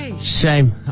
Shame